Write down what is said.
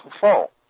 fall